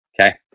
okay